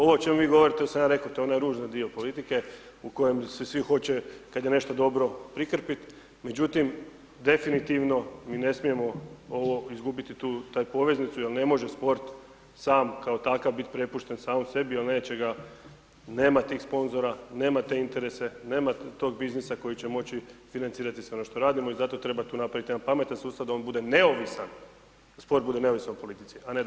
Ovo o čemu vi govorite, to sam ja rekao, to je onaj ružan dio politike u kojem se svi hoće, kad je nešto dobro, prikrpit, međutim, definitivno, mi ne smijemo ovo izgubiti tu, taj poveznicu jel ne može sport sam kao takav bit prepušten samom sebi jel neće ga, nema tih sponzora, nema te interese, nema tog biznisa koji će moći financirati sve ono što radimo i zato treba tu napraviti jedan pametan sustav da on bude neovisan, da sport bude neovisan o politici [[Upadica: Hvala]] , a ne da ima veze.